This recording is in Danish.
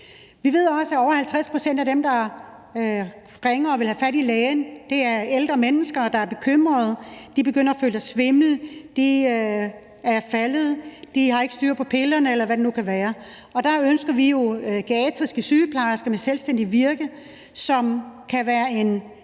Vi ved også, at over 50 pct. af dem, der ringer og vil have fat i lægen, er ældre mennesker, der er bekymrede. De begynder at føle sig svimle, de er faldet, de har ikke styr på pillerne, eller hvad det nu kan være, og der ønsker vi jo geriatriske sygeplejersker med selvstændigt virke, som kan være en